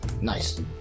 Nice